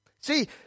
See